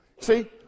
see